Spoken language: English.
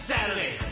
Saturday